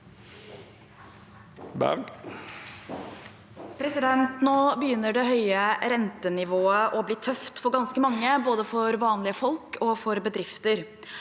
Nå be- gynner det høye rentenivået å bli tøft for ganske mange, både for vanlige folk og for bedrifter.